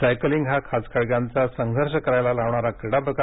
cycling हा खाच खळग्यांचा संघर्ष करायला लावणारा क्रीडा प्रकार